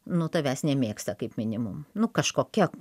nu tavęs nemėgsta kaip minimum nu kažkokia